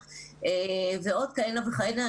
ועוד כהנה וכהנה.